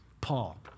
Paul